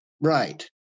Right